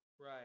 Right